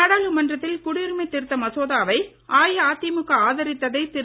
நாடாளுமன்றத்தில் குடியுரிமைத் திருத்த மசோதா வை அஇஅதிமுக ஆதரித்ததை திரு